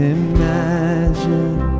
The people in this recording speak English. imagine